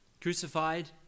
crucified